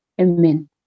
Amen